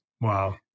Wow